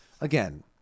Again